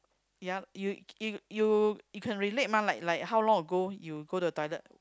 ya you you you you can relate mah like like how long ago you go to the toilet